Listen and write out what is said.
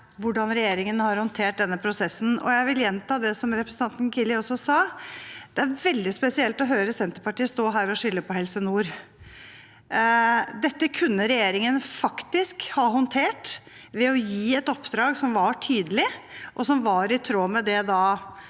hvordan regjeringen har håndtert denne prosessen. Jeg vil gjenta det som representanten Killie også sa – det er veldig spesielt å høre Senterpartiet stå her og skylde på Helse nord. Dette kunne regjeringen ha håndtert ved å gi et oppdrag som var tydelig, og som var i tråd med det